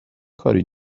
کاری